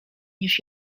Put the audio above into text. niż